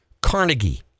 Carnegie